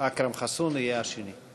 חבר הכנסת אכרם חסון יהיה השני.